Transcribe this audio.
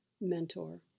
mentor